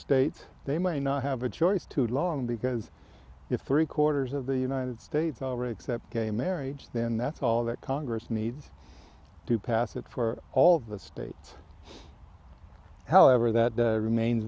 states they may not have a choice too long because if three quarters of the united states already accept gay marriage then that's all that congress needs to pass it for all of the states however that remains